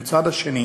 מן הצד השני,